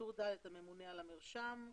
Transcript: טור ד' הממונה על המרשם.